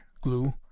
glue